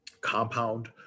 Compound